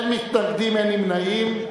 אין מתנגדים, אין נמנעים.